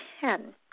ten